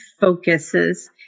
focuses